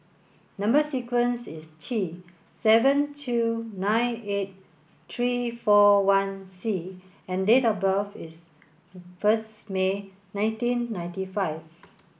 number sequence is T seven two nine eight three four one C and date of birth is first May nineteen ninety five